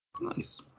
Nice